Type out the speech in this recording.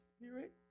spirit